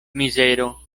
mizero